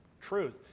truth